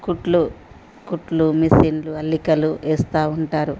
కుట్లు కుట్లు మెసిన్లు అల్లికలు వేస్తా ఉంటారు